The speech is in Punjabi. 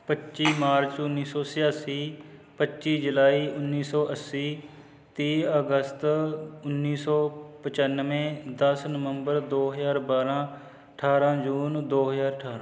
ਪੱਚੀ ਮਾਰਚ ਉੱਨੀ ਸੌ ਛਿਆਸੀ ਪੱਚੀ ਜੁਲਾਈ ਉੱਨੀ ਸੌ ਅੱਸੀ ਤੀਹ ਅਗਸਤ ਉੱਨੀ ਸੌ ਪਚਾਨਵੇਂ ਦਸ ਨਵੰਬਰ ਦੋ ਹਜ਼ਾਰ ਬਾਰ੍ਹਾਂ ਅਠਾਰ੍ਹਾਂ ਜੂਨ ਦੋ ਹਜ਼ਾਰ ਅਠਾਰ੍ਹਾਂ